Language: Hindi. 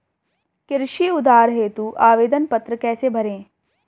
कृषि उधार हेतु आवेदन पत्र कैसे भरें?